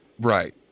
Right